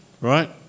right